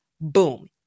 Boom